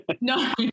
no